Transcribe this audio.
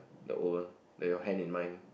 the old one that your hand in my